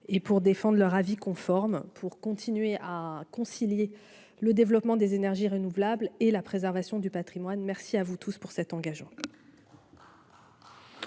et pour défendre leur avis conforme pour continuer à concilier le développement des énergies renouvelables et la préservation du Patrimoine, merci à vous tous pour cet engageant.